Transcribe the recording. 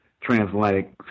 transatlantic